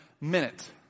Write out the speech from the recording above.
minute